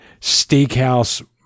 steakhouse